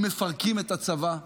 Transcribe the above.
הם מפרקים את הצבא,